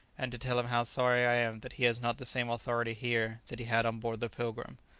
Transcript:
and to tell him how sorry i am that he has not the same authority here that he had on board the pilgrim.